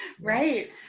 Right